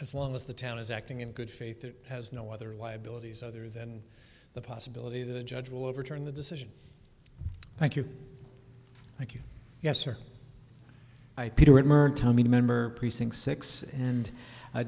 as long as the town is acting in good faith it has no other liabilities other than the possibility that a judge will overturn the decision thank you thank you yes or tommy remember precinct six and i